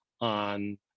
on